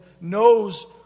knows